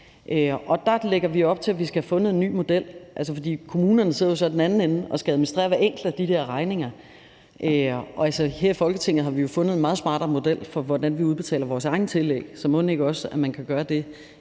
Der lægger vi op til, at man skal have fundet en ny model. For kommunerne sidder jo så i den anden ende og skal administrere hver enkelt af de der regninger. Og her i Folketinget har vi jo fundet en meget smartere model for, hvordan vi udbetaler vores egne tillæg, så mon ikke, at man også kan gøre det,